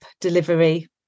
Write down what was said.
delivery